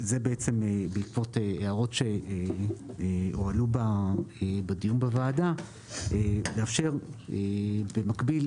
זה בעקבות הערות שהועלו בדיון בוועדה כאשר במקביל,